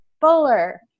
fuller